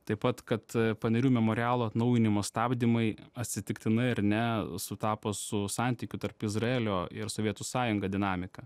taip pat kad panerių memorialo atnaujinimo stabdymai atsitiktinai ar ne sutapo su santykių tarp izraelio ir sovietų sąjunga dinamika